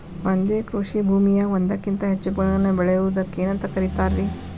ಒಂದೇ ಕೃಷಿ ಭೂಮಿಯಾಗ ಒಂದಕ್ಕಿಂತ ಹೆಚ್ಚು ಬೆಳೆಗಳನ್ನ ಬೆಳೆಯುವುದಕ್ಕ ಏನಂತ ಕರಿತಾರಿ?